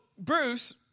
Bruce